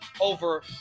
over